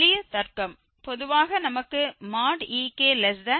எளிய தர்க்கம் பொதுவாக நமக்கு ek|Ik|2 என்று கொடுக்க முடியும்